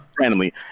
randomly